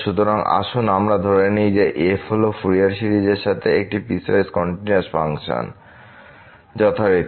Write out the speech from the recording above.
সুতরাং আসুন আমরা ধরে নিই যে f হল ফুরিয়ার সিরিজের সাথে একটি পিসওয়াইস কন্টিনিউয়াস ফাংশন যথারীতি